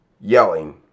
yelling